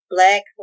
Black